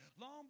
long